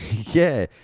yeah,